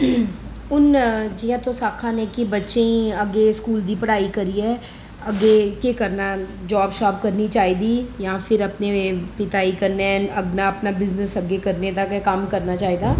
हून जियां तुस आक्खा दे कि बच्चें गी अग्गें स्कूल दी पढ़ाई करियै अग्गें केह् करना जाब शाब करनी चाहिदी जां फिर अपने पिता जी कन्नै अपना अपना बिजनेस अग्गें करने दा गै कम्म करना चाहिदा